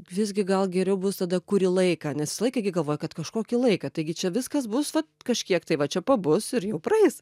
visgi gal geriau bus tada kurį laiką nes visą laiką gi galvoji kad kažkokį laiką taigi čia viskas bus kažkiek tai va čia pabus ir jau praeis